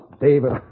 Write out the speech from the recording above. David